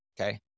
Okay